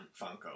Funko